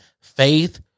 Faith